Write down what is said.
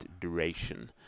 duration